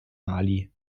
mali